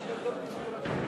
אני קורא אותך לסדר פעם שנייה.